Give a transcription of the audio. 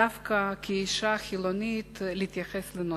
דווקא כאשה חילונית, להתייחס לנושא,